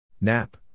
NAP